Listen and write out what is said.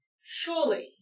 Surely